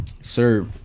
Sir